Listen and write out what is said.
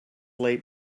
late